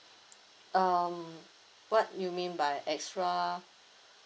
um what you mean by extra